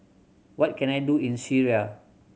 what can I do in Syria